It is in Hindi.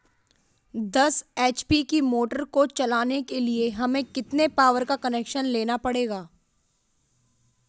दस एच.पी की मोटर को चलाने के लिए हमें कितने पावर का कनेक्शन लेना पड़ेगा?